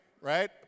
right